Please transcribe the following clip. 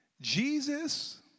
Jesus